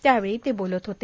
त्यावेळी ते बोलत होते